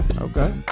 Okay